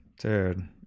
Dude